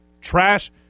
trash